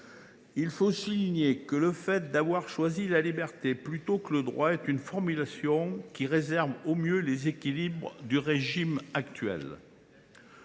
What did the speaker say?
de souligner que le fait d’avoir choisi la liberté plutôt que le droit est une formulation qui préserve au mieux les équilibres du régime actuel.